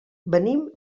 venim